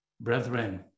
Brethren